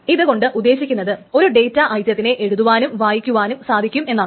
ഇത് കൊണ്ട് ഉദ്ദേശിക്കുന്നത് ഒരു ഡേറ്റ ഐറ്റത്തിനെ എഴുതുവാനും വായിക്കുവാനും സാധിക്കും എന്നാണ്